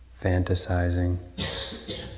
fantasizing